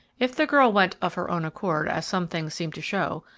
if the girl went of her own accord as some things seem to show,